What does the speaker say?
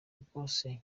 bwose